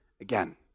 again